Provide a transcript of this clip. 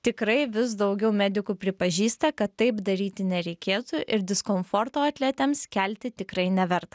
tikrai vis daugiau medikų pripažįsta kad taip daryti nereikėtų ir diskomforto atletėms kelti tikrai neverta